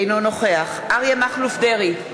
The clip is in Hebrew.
אינו נוכח אריה מכלוף דרעי,